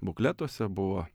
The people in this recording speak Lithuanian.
bukletuose buvo